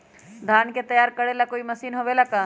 धान के तैयार करेला कोई मशीन होबेला का?